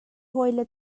hawile